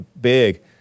big